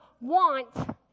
want